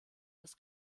das